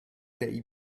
they